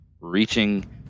reaching